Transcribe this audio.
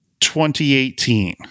2018